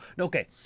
okay